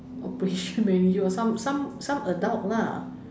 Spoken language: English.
operation manager or some some some adult lah